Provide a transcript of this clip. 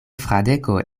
fradeko